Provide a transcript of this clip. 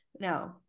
No